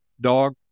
dog